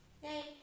Hey